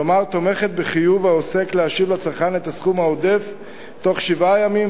כלומר תומכת בחיוב העוסק להשיב לצרכן את הסכום העודף בתוך שבעה ימים,